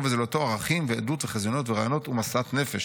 ולזולתו ערכים ועדות וחזיונות ורעיונות ומשאות נפש,